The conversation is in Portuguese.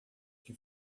que